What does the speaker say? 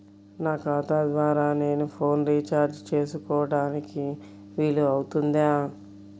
నా ఖాతా ద్వారా నేను ఫోన్ రీఛార్జ్ చేసుకోవడానికి వీలు అవుతుందా?